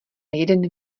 jeden